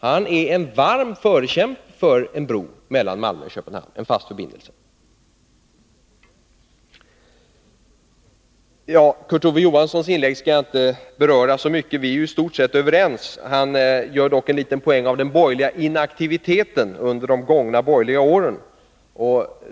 Han är en varm förkämpe för en bro, en fast förbindelse, mellan Malmö och Köpenhamn. Kurt Ove Johanssons inlägg skall jag inte beröra så mycket — vi är i stort sett överens. Han gör dock en liten poäng av den borgerliga inaktiviteten under de gångna åren.